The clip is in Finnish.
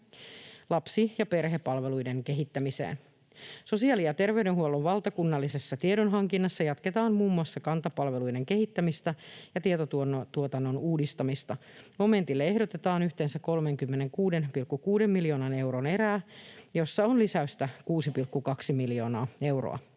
lapsi- ja perhepalveluiden kehittämiseen. Sosiaali- ja terveydenhuollon valtakunnallisessa tiedonhankinnassa jatketaan muun muassa Kanta-palveluiden kehittämistä ja tietotuotannon uudistamista. Momentille ehdotetaan yhteensä 36,6 miljoonan euron erää, jossa on lisäystä 6,2 miljoonaa euroa.